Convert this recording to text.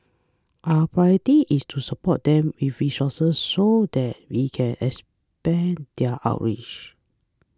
our priority is to support them with resources so that we can expand their outreach